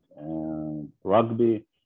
rugby